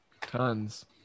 tons